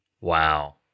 Wow